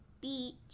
beach